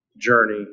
journey